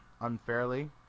unfairly